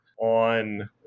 on